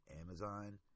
Amazon